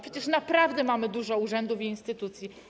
Przecież naprawdę mamy dużo urzędów i instytucji.